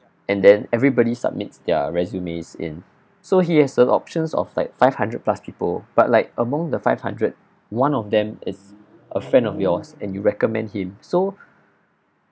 and then everybody submits their resumes in so he has an options of like five hundred plus people but like among the five hundred one of them is a friend of yours and you recommend him so